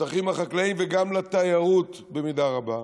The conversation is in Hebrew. לשטחים החקלאיים וגם לתיירות, במידה רבה,